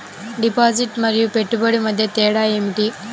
Deposit మరియు పెట్టుబడి మధ్య తేడా ఏమిటి?